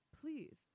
please